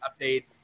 update